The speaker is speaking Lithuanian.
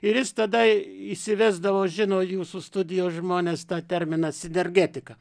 ir jis tada įsivesdavo žino jūsų studijos žmonės tą terminą sinergetika